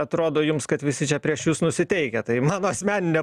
atrodo jums kad visi čia prieš jus nusiteikę tai mano asmeninė